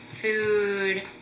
food